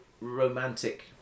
romantic